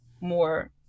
more